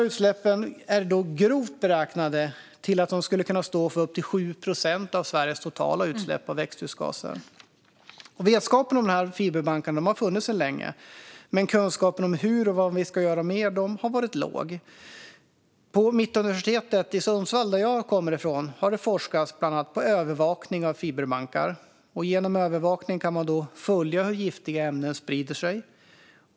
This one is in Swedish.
Utsläppen är grovt beräknade till att stå för upp till 7 procent av Sveriges totala utsläpp av växthusgaser. Vetskapen om dessa fiberbankar har funnits länge, men kunskapen om hur och vad man ska göra med dem har varit låg. På Mittuniversitet i Sundsvall, som jag kommer ifrån, forskas det på bland annat övervakning av fiberbankar. Genom övervakningen kan man följa hur giftiga ämnen sprider sig.